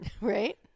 Right